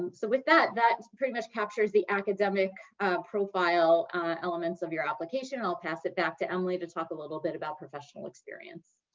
and so with that, that pretty much captures the academic profile elements of your application. and i'll pass it back to emily to talk a little bit about professional experience.